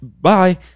bye